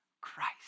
Christ